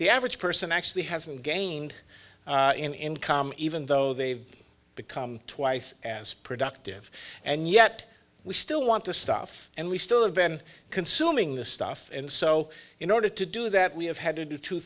the average person actually hasn't gained in income even though they've become twice as productive and yet we still want the stuff and we still have been consuming the stuff and so in order to do that we have had to do two